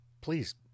please